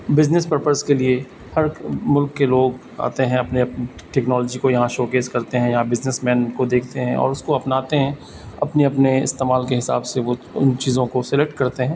business purpose کے لیے ہر ملک کے لوگ آتے ہیں اپنے اپ ٹیکنالوجی کو یہاں شوکیس کرتے ہیں یہاں بزنس مین کو دیکھتے ہیں اور اس کو اپناتے ہیں اپنے اپنے استعمال کے حساب سے وہ ان چیزوں کو سلیکٹ کرتے ہیں